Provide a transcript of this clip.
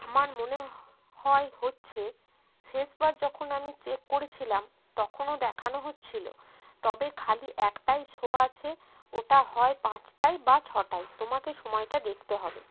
আমার মনে হয় হচ্ছে শেষ বার যখন আমি চেক করেছিলাম তখনও দেখানো হচ্ছিলো তবে খালি একটাই শো আছে ওটা হয় পাঁচটায় বা ছটায় তোমাকে সময়টা দেখতে হবে